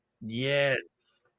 Yes